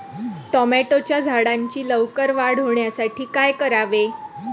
टोमॅटोच्या झाडांची लवकर वाढ होण्यासाठी काय करावे?